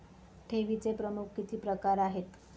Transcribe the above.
ठेवीचे प्रमुख किती प्रकार आहेत?